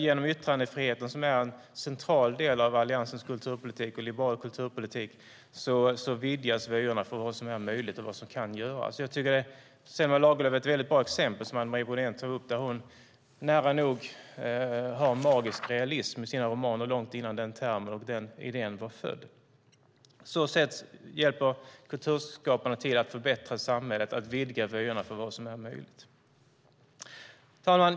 Genom yttrandefriheten, som är en central del av Alliansens kulturpolitik och liberal kulturpolitik, vidgas vyerna för vad som är möjligt och vad som kan göras. Jag tycker att Selma Lagerlöf är ett bra exempel som Anne Marie Brodén tog upp. Hon har nära nog magisk realism i sina romaner, långt innan termen och idén var född. På så sätt hjälper kulturskapandet till att förbättra samhället och att vidga vyerna för vad som är möjligt. Herr talman!